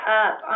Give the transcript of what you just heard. up